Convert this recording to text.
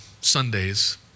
Sundays